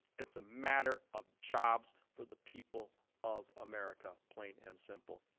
it's a matter of jobs for the people of america, plain and simple.